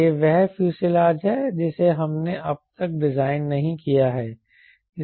यह वह फ्यूज़लेज है जिसे हमने अब तक डिजाइन नहीं किया है